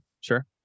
sure